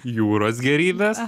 jūros gėrybės